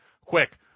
Quick